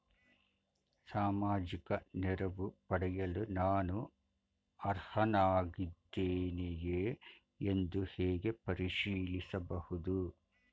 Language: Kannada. ಸಾಮಾಜಿಕ ನೆರವು ಪಡೆಯಲು ನಾನು ಅರ್ಹನಾಗಿದ್ದೇನೆಯೇ ಎಂದು ಹೇಗೆ ಪರಿಶೀಲಿಸಬಹುದು?